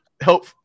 Help